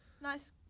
Nice